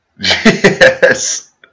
Yes